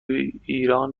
ایران